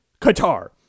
Qatar